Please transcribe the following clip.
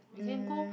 we can go